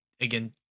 again